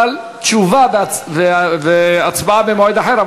אבל תשובה והצבעה במועד אחר.